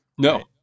No